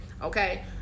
Okay